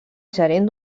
gerent